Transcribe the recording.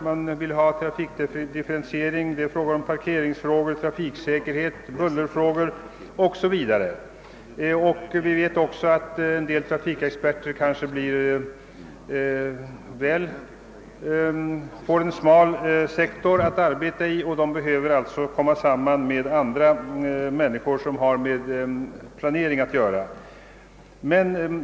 Man vill ha trafikdifferentiering, det talas om parkeringsfrågor, trafiksäkerhet, bullerproblem osv. Vi vet också att en del trafikexperter kanske får en smal sektor att arbeta i. De behöver alltså komma samman med andra människor som har med planering att göra.